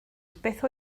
beth